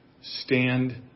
Stand